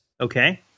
Okay